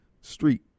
street